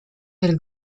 del